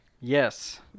Yes